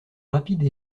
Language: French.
rapide